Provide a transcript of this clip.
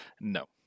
No